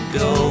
go